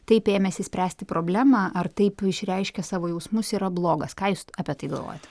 taip ėmėsi spręsti problemą ar taip išreiškia savo jausmus yra blogas ką jūs apie tai galvojat